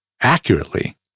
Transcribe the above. accurately